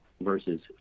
versus